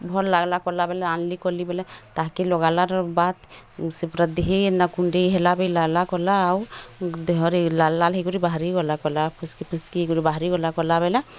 ଭଲ୍ ଲାଗିଲା କଲା ବୋଲି ଆଣିଲି କଲି ବୋଲେ ତାହା କି ଲଗାଲରୁ ବାତ୍ ସେ ପୁରା ଦେହେ ନା କୁଣ୍ଡେଇ ହେଲା ବେ ଲାଲା କୁଲା ଆଉ ଦେହରେ ଲାଲ୍ ଲାଲ୍ ହେଇ ବାହାରି ଗଲା ଫୁସ୍କି ଫୁସ୍କି କରି ବାହାରି ଗଲା କଲା ବେଲା